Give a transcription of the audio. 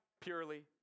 Purely